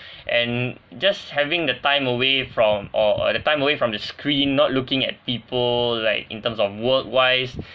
and just having the time away from or or the time away from the screen not looking at people like in terms of work wise